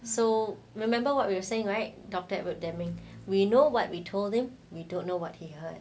so remember what we were saying right doctor edward damning we know what we told him we don't know what he heard